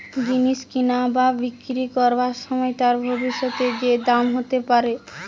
জিনিস কিনা বা বিক্রি করবার সময় তার ভবিষ্যতে যে দাম হতে পারে